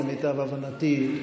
למיטב הבנתי.